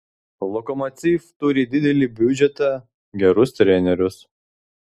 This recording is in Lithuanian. lokomotiv turi didelį biudžetą gerus trenerius